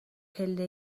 پله